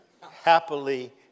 happily